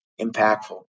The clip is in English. impactful